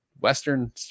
western